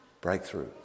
breakthrough